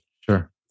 Sure